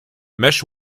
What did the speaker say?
mesh